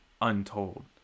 untold